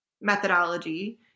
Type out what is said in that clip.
methodology